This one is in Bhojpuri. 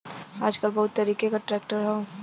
आजकल बहुत तरीके क ट्रैक्टर हौ